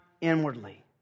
inwardly